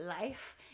life